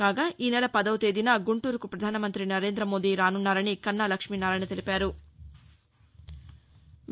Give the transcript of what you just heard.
కాగా ఈనెల పదో తేదీన గుంటూరుకు ప్రధానమంత్రి నరేందమోదీ రానున్నారని కన్నా లక్షీనారాయణ తెలిపారు